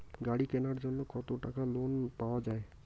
গাড়ি কিনার জন্যে কতো টাকা লোন পাওয়া য়ায়?